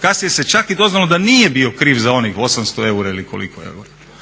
kasnije čak i doznalo da nije bio kriv za onih 800 eura ili koliko eura.